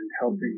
helping